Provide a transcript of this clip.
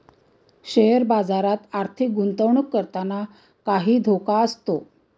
share बाजारात आर्थिक गुंतवणूक करताना काही धोका असतो